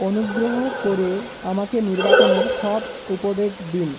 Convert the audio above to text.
অনুগ্রহ করে আমাকে নির্বাচনের সব উপডেট দিন